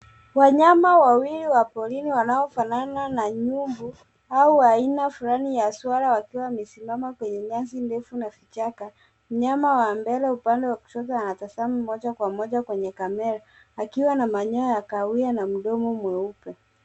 Wanyama wawili wa porini wanaofanana na nyumbu au wa aina fulani wa swara wakiwa wamesimama kwenye nyasi ndefu na vichaka. Mnyama wa mbele upande wa kushoto anatazama moja kwa moja kwenye kamera akiwa na manyoya ya kahawia na mdomo mweupe.